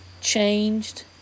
changed